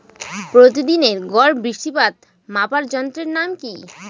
প্রতিদিনের গড় বৃষ্টিপাত মাপার যন্ত্রের নাম কি?